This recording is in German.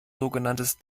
sogenanntes